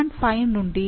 5 నుండి 2